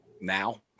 Now